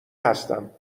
هستم